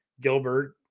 gilbert